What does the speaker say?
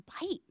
bite